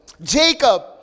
Jacob